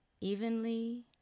evenly